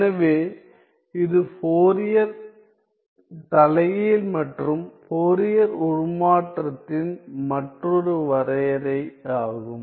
எனவே இது ஃபோரியர் தலைகீழ் மற்றும் ஃபோரியர் உருமாற்றத்தின் மற்றொரு வரையறை ஆகும்